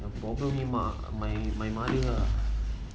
her problem ni mak my my mother lah